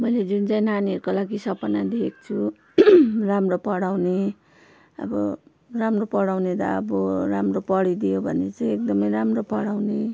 मैले जुन चाहिँ नानीहरूको लागि सपना देखेको छु राम्रो पढाउने अब राम्रो पढाउने त अब राम्रो पढिदियो भने चाहिँ एकदमै राम्रो पढाउने